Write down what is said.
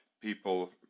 people